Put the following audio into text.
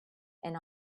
and